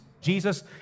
Jesus